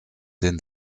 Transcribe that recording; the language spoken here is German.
den